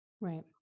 Right